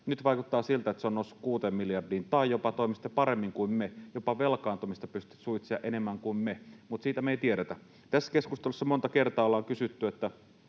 nyt vaikuttaa siltä, että se on noussut 6 miljardiin tai jopa toimisitte paremmin kuin me, jopa velkaantumista pystyisitte suitsimaan enemmän kuin me, mutta siitä me ei tiedetä. Tässä keskustelussa monta kertaa ollaan kysytty, mikä